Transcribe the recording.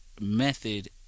method